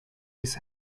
his